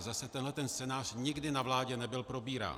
Zase, tenhle scénář nikdy na vládě nebyl probírán.